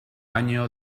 año